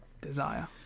desire